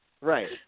Right